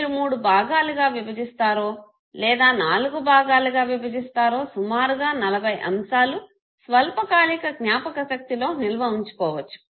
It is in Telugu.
మీరు మూడు భాగాలుగా విభజిస్తారో లేదా నాలుగు భాగాలుగా విభజిస్తారా సుమారుగా 40 అంశాలు స్వల్పకాలిక జ్ఞాపకశక్తిలో నిల్వ వుంచుకోవచ్చు